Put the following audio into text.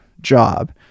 job